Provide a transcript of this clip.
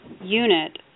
unit